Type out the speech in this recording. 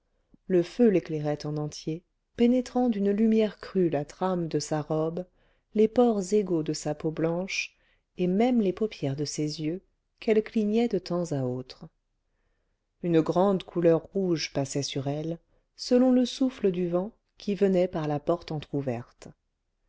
le feu l'éclairait en entier pénétrant d'une lumière crue la trame de sa robe les pores égaux de sa peau blanche et même les paupières de ses yeux qu'elle clignait de temps à autre une grande couleur rouge passait sur elle selon le souffle du vent qui venait par la porte